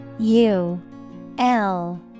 U-L